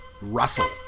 Russell